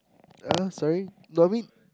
uh sorry no I mean